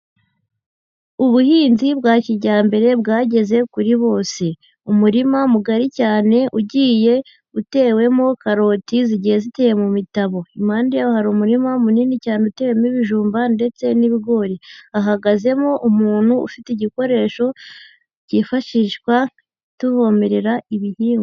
Ubuhinzi bwa kijyambere bwageze kuri bose; umurima mugari cyane ugiye utewemo karoti, zigiye ziteye mu mitabo. Impande yawo hari umurima munini cyane utewemo ibijumba ndetse n'ibigori, hahagazemo umuntu ufite igikoresho cyifashishwa tuvomerera ibihingwa.